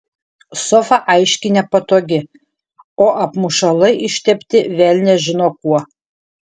sofa aiškiai nepatogi o apmušalai ištepti velnias žino kuo